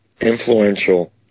influential